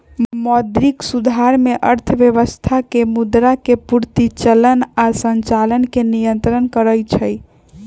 मौद्रिक सुधार में अर्थव्यवस्था में मुद्रा के पूर्ति, चलन आऽ संचालन के नियन्त्रण करइ छइ